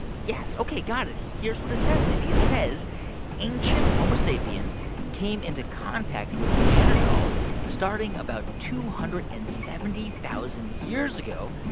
yes, ok, got it. here's what it says, mindy. it says ancient homo sapiens came into contact with neanderthals starting about two hundred and seventy thousand years ago,